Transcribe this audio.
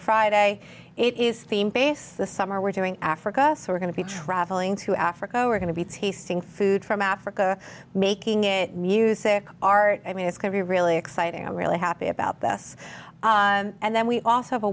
friday it is theme base this summer we're doing africa we're going to be traveling to africa we're going to be tasting food from africa making music art i mean it's going to be real exciting i'm really happy about this and then we also have a